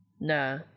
Nah